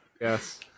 yes